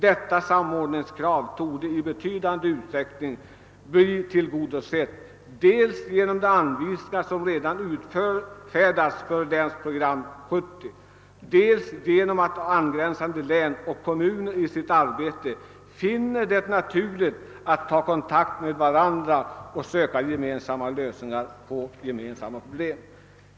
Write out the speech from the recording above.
Detta samordningsbehov torde i betydande utsträckning bli tillgodosett dels genom de anvisningar som redan utfärdats för länsprogram 1970, dels genom att angränsande län och kommuner i sitt arbete finner det naturligt att ta kontakt med varandra och söka finna gemensamma lösningar på gemensamma problem.